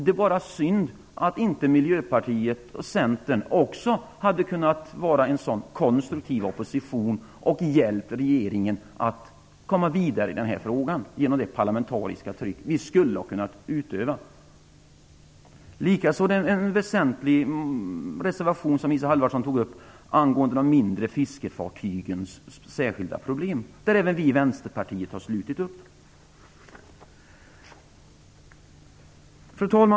Det är bara synd att inte också Miljöpartiet och Centern har kunnat ingå i en sådan konstruktiv opposition och genom det parlamentariska tryck som vi skulle ha kunnat utöva hjälpa regeringen att komma vidare i denna fråga. Isa Halvarsson tog upp en väsentlig reservation angående de mindre fiskefartygens särskilda problem, som även vi i Centerpartiet har slutit upp bakom.